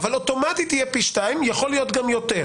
אבל אוטומטית יהיה פי שניים, ויכול להיות גם יותר.